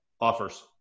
offers